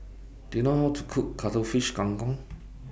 Do YOU know How to Cook Cuttlefish Kang Kong